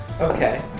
Okay